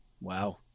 Wow